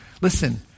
Listen